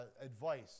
advice